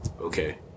Okay